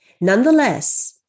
Nonetheless